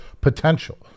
Potential